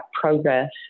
progress